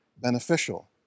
beneficial